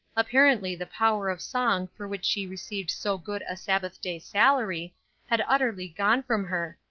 apparently the power of song for which she received so good a sabbath-day salary had utterly gone from her,